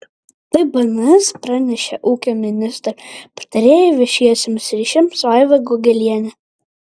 tai bns pranešė ūkio ministro patarėja viešiesiems ryšiams vaiva gogelienė